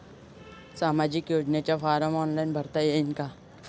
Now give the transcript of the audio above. सामाजिक योजनेचा form online भरता येईन का?